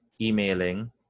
emailing